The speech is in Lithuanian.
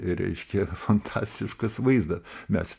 ir reiškia fantastiškas vaizda mes